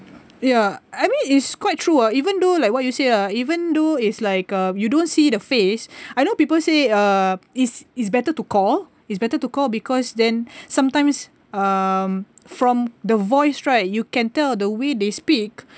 ya I mean it's quite true ah even though like what you say ah even though is like uh you don't see the face I know people say uh it's it's better to call it's better to call because then sometimes um from the voice right you can tell the way they speak